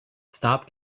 stop